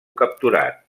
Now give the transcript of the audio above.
capturat